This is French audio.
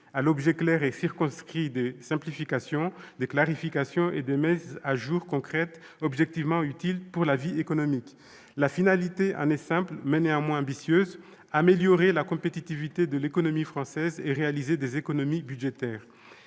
à l'objet clair et circonscrit des simplifications, des clarifications et des mises à jour concrètes objectivement utiles pour la vie économique. La finalité de cette proposition de loi est simple, mais ambitieuse : améliorer la compétitivité de l'économie française et réaliser des économies budgétaires.